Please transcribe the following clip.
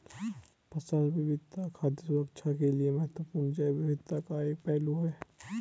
फसल विविधता खाद्य सुरक्षा के लिए महत्वपूर्ण जैव विविधता का एक पहलू है